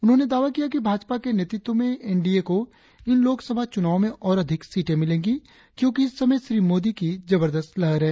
उन्होंने दावा किया कि भाजपा के नेतृत्व में एनडीए को इन लोकसभा चुनावो में और अधिक सीटे मिलेगी क्योंकि इस समय श्री मोदी की जबरदस्त लहर है